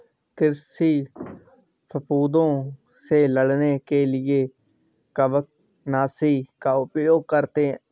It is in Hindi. कृषि फफूदों से लड़ने के लिए कवकनाशी का उपयोग करते हैं